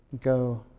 Go